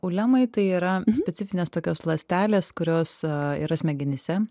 ulemai tai yra specifinės tokios ląstelės kurios yra smegenyse